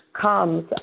comes